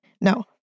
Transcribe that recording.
no